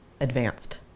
advanced